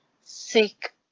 seek